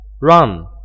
run